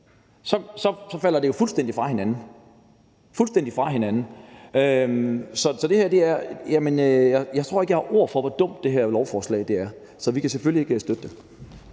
så falder det jo fuldstændig fra hinanden – det falder fuldstændig fra hinanden. Jeg tror ikke, jeg har ord for, hvor dumt det her beslutningsforslag er, så vi kan selvfølgelig ikke støtte det.